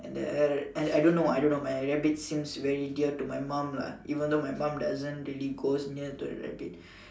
and then and I don't know I don't know my rabbit seems very dear to mom lah even though my mom doesn't really go near to the rabbit